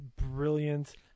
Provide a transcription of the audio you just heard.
brilliant